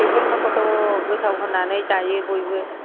बेफोर मुवाखौथ' गोथाव होननानै जायो बयबो